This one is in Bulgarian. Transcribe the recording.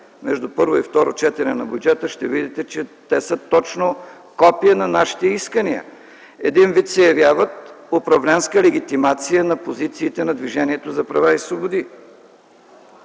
между първо и второ четене на бюджета, ще видите, че те са точно копие на нашите искания. Един вид се явяват управленска легитимация на позициите на Движението за права и свободи.